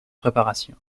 préparation